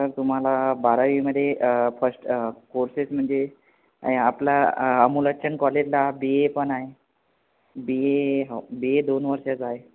sir तुम्हाला बारावीमधे आ फस्ट अ कोर्सेस म्हणजे आपलं अं अमूलाचंद कॉलेजला बी एपण आहे बी ए हो बी ए दोन वर्षाचा आहे